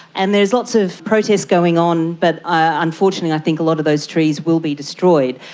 and there's lots of protests going on but unfortunately i think a lot of those trees will be destroyed.